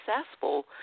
successful